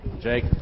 Jake